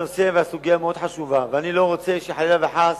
היות שהסוגיה מאוד חשובה, ואני לא רוצה שחלילה וחס